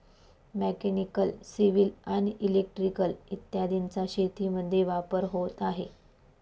mechanical, civil आणि electrical इत्यादींचा शेतीमध्ये वापर होत आहे